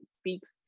speaks